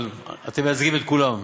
אבל אתם מייצגים את כולם,